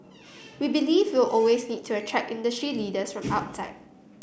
we believe we'll always need to attract industry leaders from outside